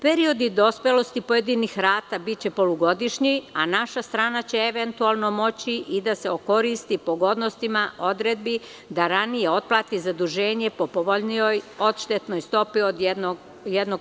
Period dospelosti pojedinih rata biće polugodišnji, a naša strana će eventualno moći i da se koristi pogodnostima odredbi da ranije otplati zaduženje po povoljnijoj odštetnoj stopi od 1%